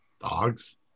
Dogs